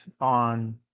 on